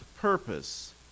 purpose